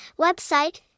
website